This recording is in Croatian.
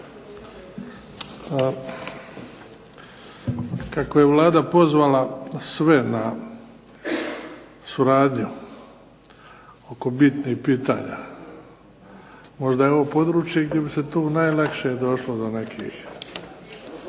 Kako je Vlada pozvala sve na suradnju oko bitnih pitanja možda je ovo područje gdje bi se tu najlakše došlo do nekih